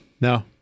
No